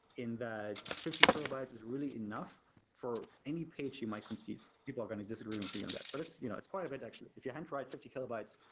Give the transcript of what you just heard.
that fifty kilobytes is really enough for any page you might conceive. people are going to disagree with me on that, but it's you know it's quite a bit actually. if you handwrite fifty kilobytes,